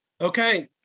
Okay